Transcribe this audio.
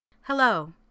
Hello